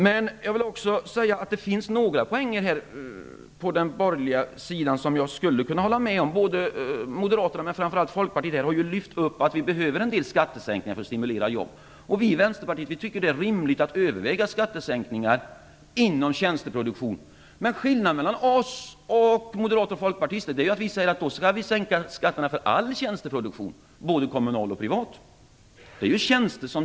Det finns dock några poänger på den borgerliga sidan som jag skulle kunna hålla med om. Både Moderaterna och Folkpartiet, framför allt Folkpartiet, har lyft fram att vi behöver en del skattesänkningar för att stimulera till fler jobb. Vi i Vänsterpartiet tycker att det är rimligt att överväga skattesänkningar inom tjänsteproduktionen. Men skillnaden mellan oss och moderater och folkpartister är att vi säger att vi skall sänka skatterna för all tjänsteproduktion, både kommunal och privat. Tjänster som tjänster.